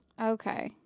Okay